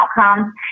outcomes